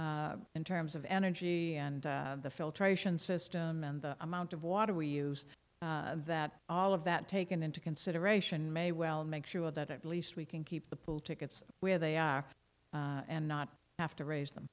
pool in terms of energy and the filtration system and the amount of water we use that all of that taken into consideration may well make sure that at least we can keep the pool tickets where they are and not have to raise them